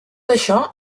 això